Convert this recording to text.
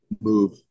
move